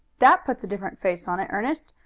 that puts a different face on it, ernest.